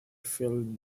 field